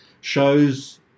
shows